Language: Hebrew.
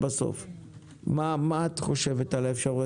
מה את חושבת על האפשרויות האלה?